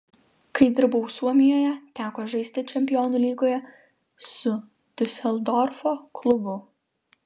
kai dirbau suomijoje teko žaisti čempionų lygoje su diuseldorfo klubu